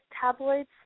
tabloids